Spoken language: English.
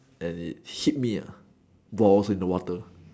and it hit me ah while I was in the water